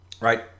right